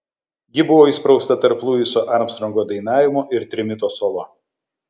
ji buvo įsprausta tarp luiso armstrongo dainavimo ir trimito solo